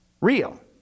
real